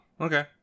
okay